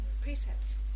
precepts